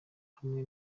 hamwe